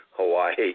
Hawaii